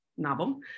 novel